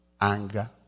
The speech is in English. anger